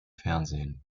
fernsehen